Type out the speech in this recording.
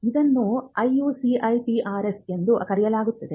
ಇದನ್ನು IUCIPRS ಎಂದು ಕರೆಯಲಾಗುತ್ತದೆ